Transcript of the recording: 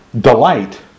delight